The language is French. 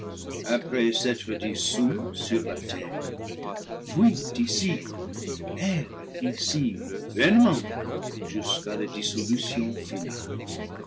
après s'être dissous sur la terre fuient ici errent ici vainement jusqu'à la dissolution finale